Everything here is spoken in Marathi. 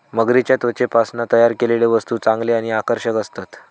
मगरीच्या त्वचेपासना तयार केलेले वस्तु चांगले आणि आकर्षक असतत